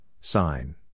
sign